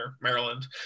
Maryland